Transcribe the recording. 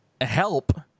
help